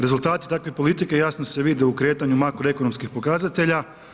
Rezultati takve politike jasno se vide u kretanju makroekonomskih pokazatelja.